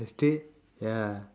ya